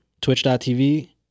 twitch.tv